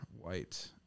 white